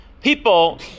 people